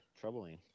troubling